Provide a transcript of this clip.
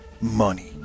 money